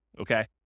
okay